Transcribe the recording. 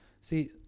see